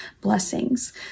blessings